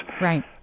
Right